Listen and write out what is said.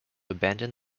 abandon